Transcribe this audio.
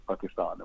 pakistan